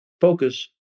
focus